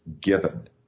given